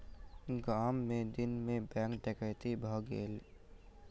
गाम मे दिन मे बैंक डकैती भ गेलै